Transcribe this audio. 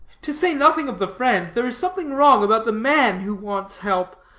to say nothing of the friend, there is something wrong about the man who wants help.